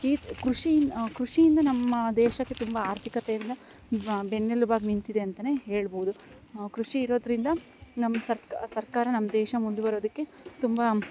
ಈ ಕೃಷಿ ಕೃಷಿಯಿಂದ ನಮ್ಮ ದೇಶಕ್ಕೆ ತುಂಬ ಆರ್ಥಿಕತೆಯಿಂದ ಬೆನ್ನೆಲುಬಾಗಿ ನಿಂತಿದೆ ಅಂತ ಹೇಳ್ಬೌದು ಕೃಷಿ ಇರೋದರಿಂದ ನಮ್ಮ ಸರ್ಕ ಸರ್ಕಾರ ನಮ್ಮದೇಶ ಮುಂದೆ ಬರೋದಕ್ಕೆ ತುಂಬ